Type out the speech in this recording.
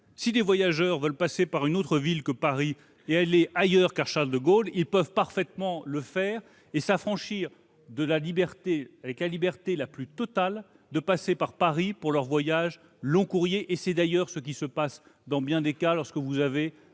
Si des voyageurs veulent passer par un autre aéroport que celui de Roissy-Charles-de-Gaulle, ils peuvent parfaitement le faire et s'affranchir, avec la liberté la plus totale, de passer par Paris pour leurs vols longs courriers ; c'est d'ailleurs ce qui se passe dans bien des cas lorsqu'un